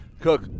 Cook